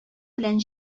белән